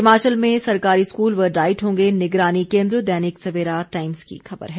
हिमाचल में सरकारी स्कूल व डाइट होंगे निगरानी केंद्र दैनिक सवेरा टाइम्स की एक ख़बर है